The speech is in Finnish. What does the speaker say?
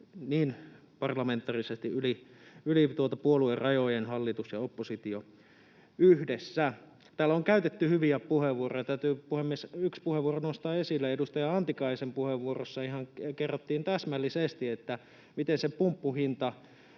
parlamentaarisesti yli puoluerajojen, hallitus ja oppositio yhdessä. Täällä on käytetty hyviä puheenvuoroja. Täytyy, puhemies, yksi puheenvuoro nostaa esille. Edustaja Antikaisen puheenvuorossa kerrottiin ihan täsmällisesti, miten se pumppuhinta